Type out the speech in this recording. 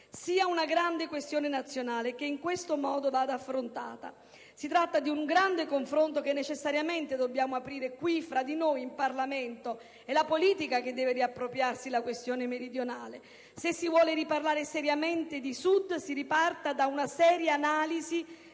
sia una grande questione nazionale e che in questo modo vada affrontata. Si tratta di un grande confronto che necessariamente dobbiamo aprire tra di noi, qui, in Parlamento. È la politica che deve riappropriarsi della questione meridionale. Se si vuole riparlare seriamente di Sud si riparta da una seria analisi